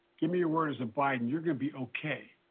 give me your word as biden you're going to be okay.